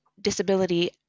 disability